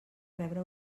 rebre